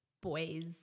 boys